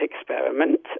experiment